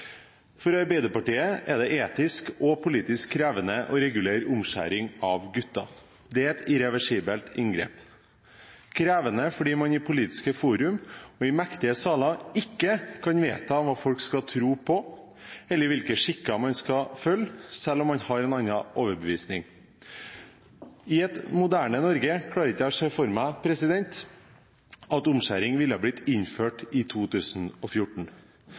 For Arbeiderpartiet er det etisk og politisk krevende å regulere omskjæring av gutter. Det er et irreversibelt inngrep. Det er krevende fordi man i politiske fora og i mektige saler ikke kan vedta hva folk skal tro på, eller hvilke skikker man skal følge, selv om man har en annen overbevisning. I et moderne Norge klarer jeg ikke å se for meg at omskjæring ville ha blitt innført i 2014,